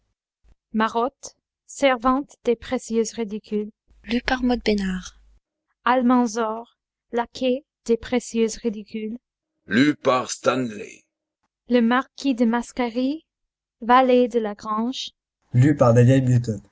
marotte servante des précieuses ridicules madel béjart almanzor laquais des précieuses ridicules de brie le marquis de mascarille valet de la grange molière le